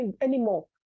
anymore